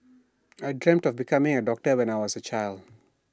I dreamt of becoming A doctor when I was A child